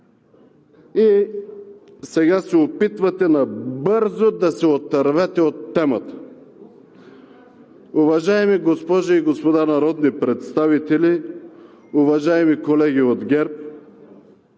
и сега се опитвате набързо да се отървете от темата. Уважаеми госпожи и господа народни представители, уважаеми колеги от ГЕРБ,